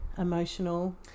Emotional